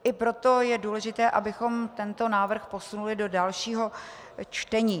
I proto je důležité, abychom tento návrh posunuli do dalšího čtení.